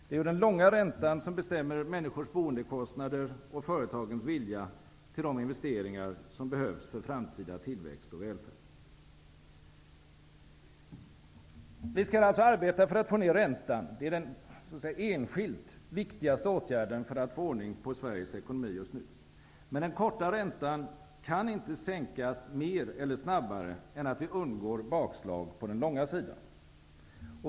Det är ju den långa räntan som bestämmer människors boendekostnader och företagens vilja till de investeringar som behövs för framtida tillväxt och välfärd. Vi skall alltså arbeta för att få ned räntan. Det är enskilt den viktigaste åtgärden för att få ordning på Sveriges ekonomi just nu. Men den korta räntan kan inte sänkas mer eller snabbare än att vi undgår bakslag på den långa sidan.